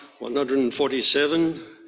147